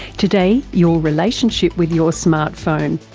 today, your relationship with your smart phone.